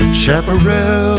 chaparral